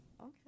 Okay